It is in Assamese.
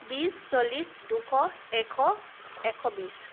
বিছ চল্লিছ দুশ এশ এশ বিছ